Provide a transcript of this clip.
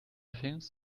things